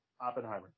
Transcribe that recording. oppenheimer